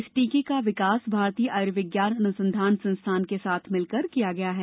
इस टीके का विकास भारतीय आयुर्विज्ञान अनुसंधान संस्थान के साथ मिलकर किया गया है